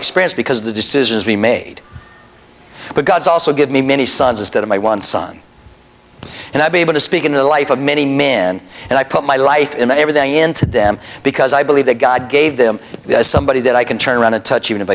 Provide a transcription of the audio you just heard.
experience because the decisions we made the gods also give me many sons instead of my one son and i be able to speak into the life of many min and i put my life in everything into them because i believe that god gave them somebody that i can turn around and touch even if